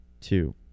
two